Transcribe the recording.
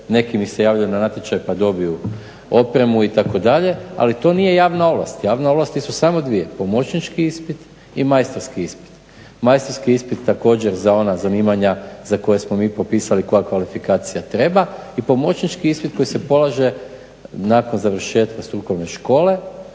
Neki mi se javljaju na natječaj pa dobiju opremu itd., ali to nije javna ovlast. Javne ovlasti su samo dvije: pomoćnički ispit i majstorski ispit. Majstorski ispit također za ona zanimanja za koja smo mi propisali koja kvalifikacija treba i pomoćnički ispit koji se polaže nakon završetka strukovne škole